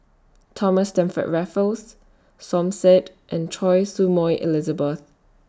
Thomas Stamford Raffles Som Said and Choy Su Moi Elizabeth